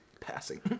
passing